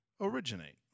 originate